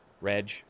reg